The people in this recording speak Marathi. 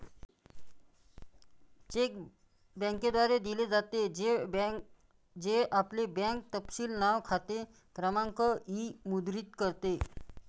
चेक बँकेद्वारे दिले जाते, जे आपले बँक तपशील नाव, खाते क्रमांक इ मुद्रित करते